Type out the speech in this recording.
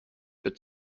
but